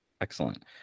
Excellent